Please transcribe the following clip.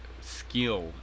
skill